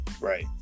Right